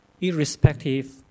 irrespective